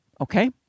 okay